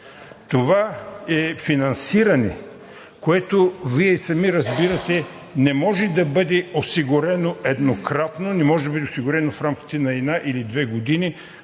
Това е финансиране, което – Вие сами разбирате – не може да бъде осигурено еднократно, не може да бъде осигурено в рамките на една или две години,